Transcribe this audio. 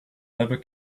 never